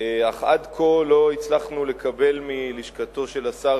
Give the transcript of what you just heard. עד כה לא הצלחנו לקבל מלשכתו של השר